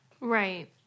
Right